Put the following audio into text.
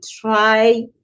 try